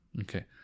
Okay